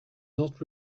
not